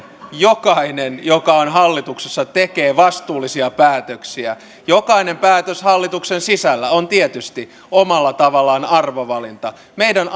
jokainen joka on hallituksessa tekee vastuullisia päätöksiä jokainen päätös hallituksen sisällä on tietysti omalla tavallaan arvovalinta meidän